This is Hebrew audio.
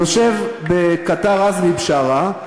יושב בקטאר עזמי בשארה,